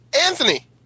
Anthony